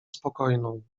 spokojną